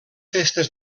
festes